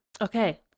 okay